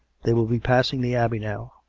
they will be passing the abbey now.